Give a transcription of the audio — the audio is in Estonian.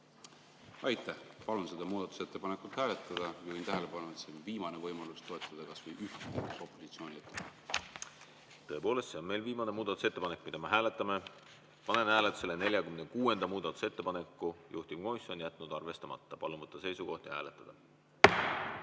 Aitäh! Palun seda muudatusettepanekut hääletada. Juhin tähelepanu, et see on viimane võimalus toetada kas või ühte muudatusettepanekut opositsioonilt. Tõepoolest, see on meil viimane muudatusettepanek, mida me hääletame. Panen hääletusele 46. muudatusettepaneku. Juhtivkomisjon on jätnud arvestamata. Palun võtta seisukoht ja hääletada!